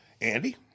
Andy